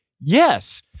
Yes